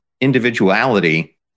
individuality